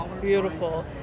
Beautiful